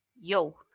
yo